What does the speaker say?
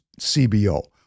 CBO